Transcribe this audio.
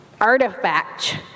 artifact